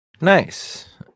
nice